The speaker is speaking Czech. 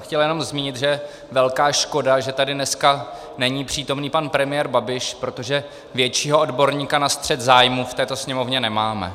Chtěl jsem jenom zmínit, že je velká škoda, že tady dneska není přítomen pan premiér Babiš, protože většího odborníka na střet zájmů v této Sněmovně nemáme.